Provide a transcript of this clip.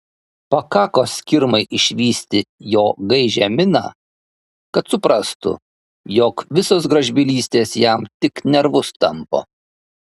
pakako skirmai išvysti jo gaižią miną kad suprastų jog visos gražbylystės jam tik nervus tampo